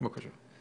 בבקשה.